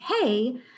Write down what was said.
hey